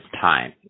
time